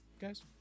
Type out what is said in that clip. guys